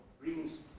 brings